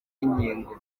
inkingo